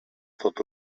tot